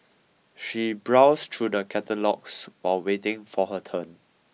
she browsed through the catalogues while waiting for her turn